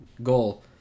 Goal